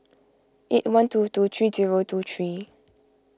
eight one two two three two O two three